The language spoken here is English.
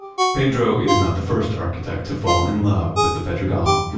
pedro is not the first architect to fall in love with the pedregal. um and